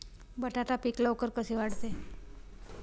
बटाटा पीक लवकर कसे वाढते?